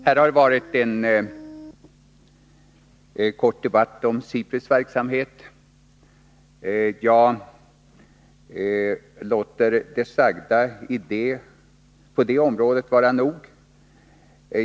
Det har här förts en kort debatt om SIPRI:s verksamhet, och jag låter det sagda på det området vara nog.